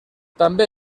també